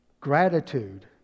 Gratitude